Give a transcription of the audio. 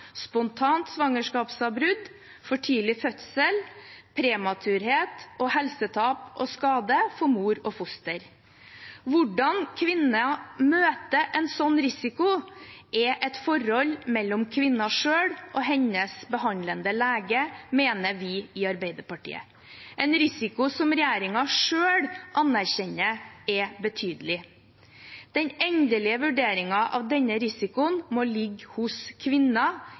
spontant svangerskapsavbrudd, for tidlig fødsel, prematuritet, helsetap og skade for mor og foster. Hvordan kvinnen møter en sånn risiko, er et forhold mellom kvinnen selv og hennes behandlende lege, mener vi i Arbeiderpartiet – en risiko som regjeringen selv anerkjenner er betydelig. Den endelige vurderingen av denne risikoen må ligge hos